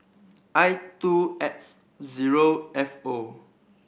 I two X zero F O